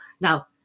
Now